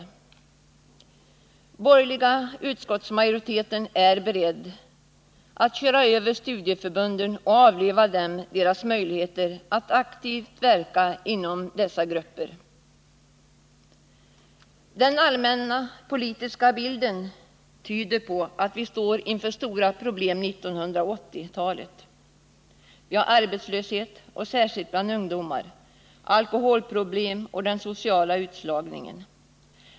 Den borgerliga utskottsmajoriteten är beredd att köra över studieförbunden och avlöva dem deras möjligheter att aktivt verka inom dessa grupper. Den allmänna politiska bilden tyder på att vi står inför stora problem inför 1980-talet. Vi har arbetslöshet — särskilt bland ungdomar —, alkoholproblem och den sociala utslagningen.